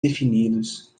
definidos